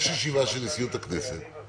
יש ישיבה של נשיאות הכנסת,